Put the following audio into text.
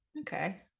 okay